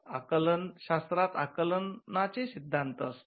आकलन शास्त्रात आकलनाचे सिद्धांत असतात